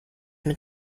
mit